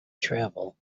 travel